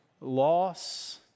loss